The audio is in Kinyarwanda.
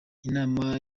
inama